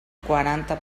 quaranta